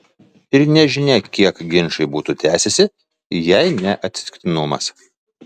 ir nežinia kiek ginčai būtų tęsęsi jei ne atsitiktinumas